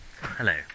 Hello